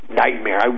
nightmare